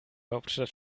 hauptstadt